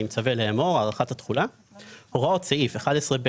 אני מצווה לאמור: הארכת התחולה 1. הוראות סעיף 11(ב)(3א)(ד)